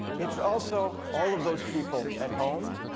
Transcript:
it's also all of those people at home